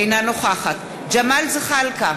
אינה נוכחת ג'מאל זחאלקה,